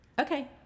Okay